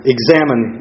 Examine